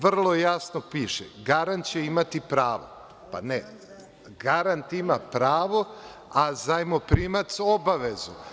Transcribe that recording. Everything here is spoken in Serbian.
Vrlo jasno piše – garant će imati pravo, pa ne – garant ima pravo, a zajmoprimac obavezu.